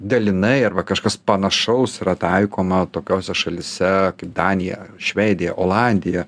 dalinai arba kažkas panašaus yra taikoma tokiose šalyse kaip danija ar švedija olandija